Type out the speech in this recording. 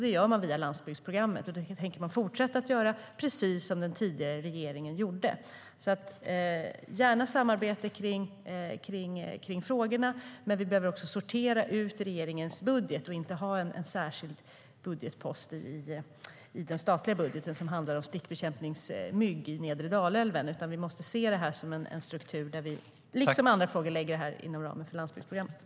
Det gör man via landsbygdsprogrammet, och det tänker man fortsätta att göra - precis som den tidigare regeringen gjorde. Gärna samarbete i frågorna, men vi behöver också sortera ut regeringens budget och inte ha en särskild budgetpost i den statliga budgeten som handlar om bekämpning av stickmygg i nedre Dalälven. Vi måste se det här som en struktur där vi liksom i andra frågor lägger det hela inom ramen för landsbygdsprogrammet.